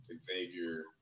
Xavier